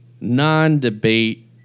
non-debate